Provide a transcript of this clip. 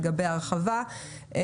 לגבי ההרחבה.